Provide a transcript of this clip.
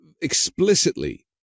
explicitly